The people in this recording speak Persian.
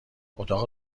اتاق